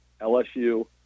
LSU